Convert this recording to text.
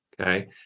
Okay